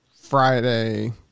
Friday